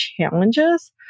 challenges